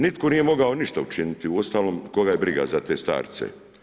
Nitko nije mogao ništa učiniti, uostalom koga je briga za te starce.